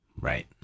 Right